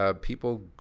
people